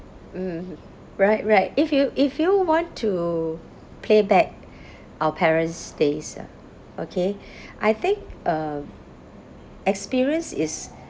mmhmm right right if you if you want to play back our parents days ah okay I think uh experience is